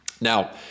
Now